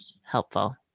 helpful